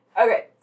Okay